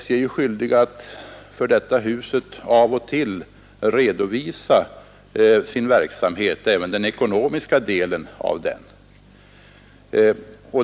SJ är skyldigt att för statsmakterna redovisa sin verksamhet och även den ekonomiska delen av densamma.